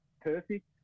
perfect